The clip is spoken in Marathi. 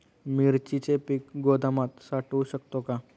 मिरचीचे पीक गोदामात साठवू शकतो का?